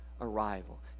arrival